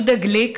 יהודה גליק,